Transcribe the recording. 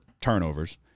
turnovers